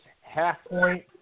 half-point